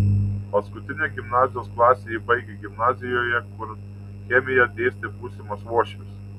paskutinę gimnazijos klasę ji baigė gimnazijoje kur chemiją dėstė būsimas uošvis